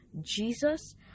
Jesus